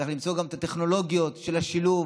צריך למצוא גם את הטכנולוגיות של השילוב,